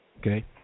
Okay